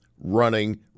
running